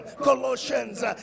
Colossians